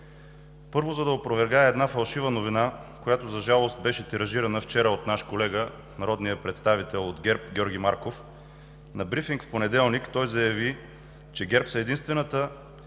Първо, за да опровергая една фалшива новина, която, за жалост, беше тиражирана вчера от наш колега – народният представител от ГЕРБ Георги Марков. На брифинг в понеделник той заяви, че ГЕРБ са единствената